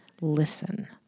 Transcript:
listen